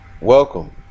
welcome